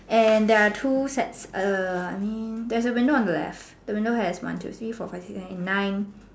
and there are two sets err I mean there's a window on the left the window has one two three four five six seven eight nine